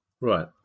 Right